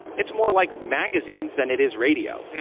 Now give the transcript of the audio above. it's more like magazines than it is radio.